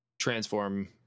transform